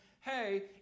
hey